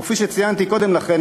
וכפי שציינתי קודם לכן,